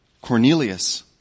Cornelius